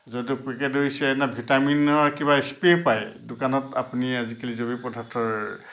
যদি পোকে ধৰিছে এনে ভিটামিনৰ কিবা স্প্ৰে' পায় দোকানত আপুনি আজিকালি জৈৱিক পদাৰ্থৰ